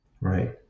Right